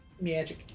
Magic